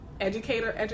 educator